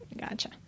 Gotcha